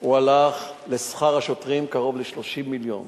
הוא הלך לשכר השוטרים, קרוב ל-30 מיליון